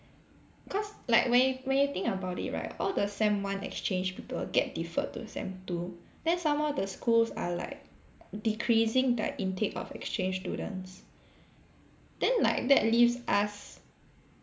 cause like when you when you think about it right all the sem one exchange people get deferred to sem two then some more the schools are like decreasing the intake of exchange students then like that leaves us